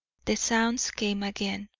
the sounds came again,